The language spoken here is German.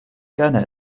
gerne